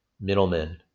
middlemen